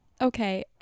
okay